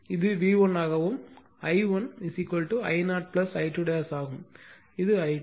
இது V1 ஆகவும் I1 I1 I0 I2 இது I2